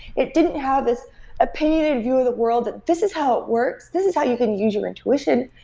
it didn't have this opinionated view of the world that, this is how it works. this is how you can use your intuition.